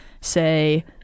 say